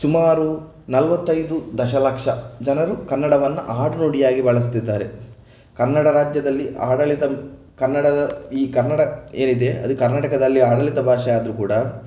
ಸುಮಾರು ನಲವತ್ತೈದು ದಶ ಲಕ್ಷ ಜನರು ಕನ್ನಡವನ್ನು ಆಡು ನುಡಿಯಾಗಿ ಬಳಸ್ತಿದ್ದಾರೆ ಕನ್ನಡ ರಾಜ್ಯದಲ್ಲಿ ಆಡಳಿತ ಕನ್ನಡದ ಈ ಕನ್ನಡ ಏನಿದೆ ಅದು ಕರ್ನಾಟಕದಲ್ಲಿ ಆಡಳಿತ ಭಾಷೆ ಆದರೂ ಕೂಡ